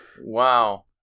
Wow